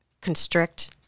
constrict